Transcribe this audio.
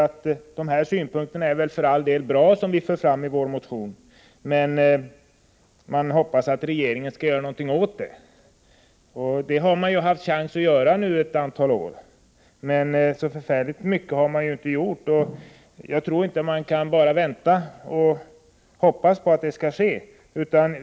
Utskottets skrivning går ut på att de synpunkter som vi för fram i vår motion för all del är bra, men förhoppningsvis kommer regeringen att göra någonting åt problemen. Regeringen har ju haft chansen att göra det under ett antal år, men så förfärligt mycket har man inte gjort. Jag tror inte att man bara kan vänta och hoppas på att någonting skall ske.